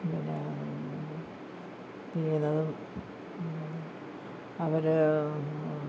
പിന്നെ ഇത് ചെയ്യുന്നതും അവർ